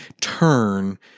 turn –